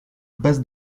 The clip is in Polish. bez